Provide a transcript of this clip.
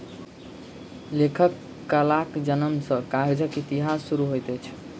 लेखन कलाक जनम सॅ कागजक इतिहास शुरू होइत अछि